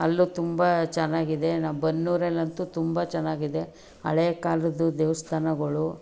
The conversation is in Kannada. ಅಲ್ಲೂ ತುಂಬ ಚೆನ್ನಾಗಿದೆ ನಮ್ಮ ಬನ್ನೂರಲ್ಲಂತೂ ತುಂಬ ಚೆನ್ನಾಗಿದೆ ಹಳೆ ಕಾಲದ್ದು ದೇವಸ್ಥಾನಗಳು